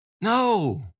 No